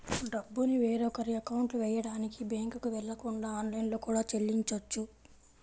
డబ్బుని వేరొకరి అకౌంట్లో వెయ్యడానికి బ్యేంకుకి వెళ్ళకుండా ఆన్లైన్లో కూడా చెల్లించొచ్చు